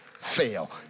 fail